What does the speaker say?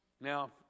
Now